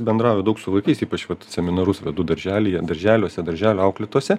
bendrauju daug su vaikais ypač vat seminarus vedu darželyje darželiuose darželio auklėtose